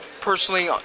personally